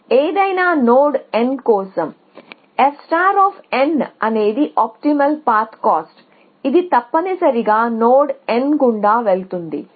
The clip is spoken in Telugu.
ఏదైనా నోడ్ n కోసం f అనేది ఆప్టిమల్ పాత్ కాస్ట్ ఇది తప్పనిసరిగా నోడ్ n గుండా వెళుతుంది